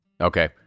Okay